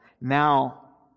Now